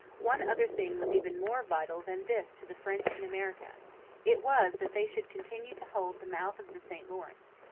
one other thing was even more vital than this to the french in america it was that they should continue to hold the mouth of the st lawrence.